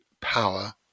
power